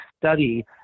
study